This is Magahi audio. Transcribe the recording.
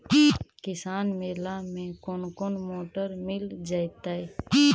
किसान मेला में कोन कोन मोटर मिल जैतै?